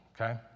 okay